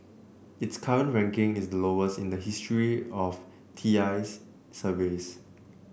its current ranking is the lowest in the history of T I's surveys